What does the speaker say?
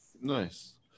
nice